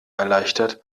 erleichtert